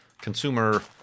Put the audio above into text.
consumer